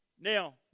Now